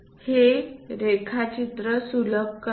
हे रेखाचित्र सुलभ करते